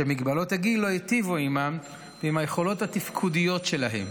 שמגבלות הגיל לא הטיבו עימם ועם היכולות התפקודיות שלהם.